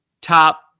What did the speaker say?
top